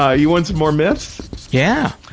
ah you want some more myths yeah.